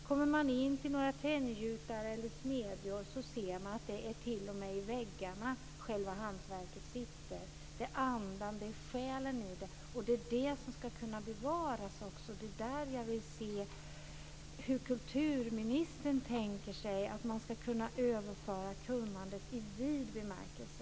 Kommer man in till några tenngjutare eller i några smedjor ser man att själva hantverket t.o.m. sitter i väggarna. Det är andan och själen i det som ska kunna bevaras. Det är där jag vill se hur kulturministern tänker sig att man ska kunna överföra kunnandet i vid bemärkelse.